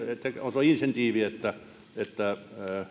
se on insentiivi että että